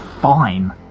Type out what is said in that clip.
fine